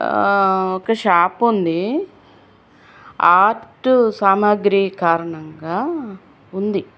ఒక షాప్ ఉంది ఆర్ట్ సామాగ్రి కారణంగా ఉంది